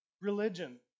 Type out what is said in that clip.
religion